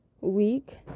week